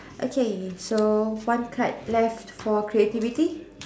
okay so one cut left for creativity